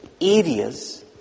areas